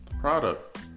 product